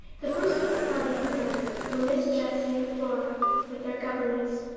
the first of the party who went were miss jessie and flora with their governess.